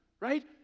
Right